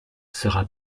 sera